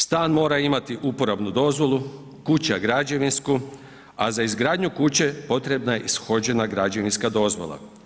Stan mora imati uporabnu dozvolu, kuća građevinsku a za izgradnju kuće potrebna je ishođena građevinska dozvola.